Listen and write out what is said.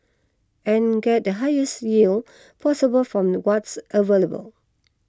and get the highest yield possible from what's available